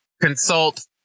consult